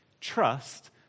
Trust